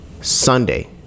Sunday